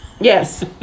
Yes